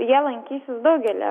jie lankysis daugelyje